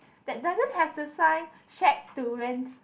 that doesn't have to sign shag to rent